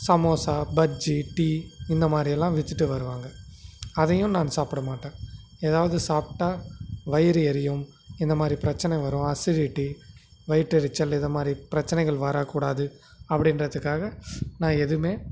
samosa bajji tea இந்த மாதிரியலாம் விச்சிட்டு வருவாங்க அதையும் நான் சாப்பிட மாட்டேன் எதாவது சாப்பிட்டா வயிறு எரியும் இந்த மாதிரி பிரெச்சனை வரும் அசிடிட்டி வயிற்றெரிச்சல் இதை மாதிரி பிரச்சினைகள் வரக்கூடாது அப்படின்றத்துக்காக நான் எதுவுமே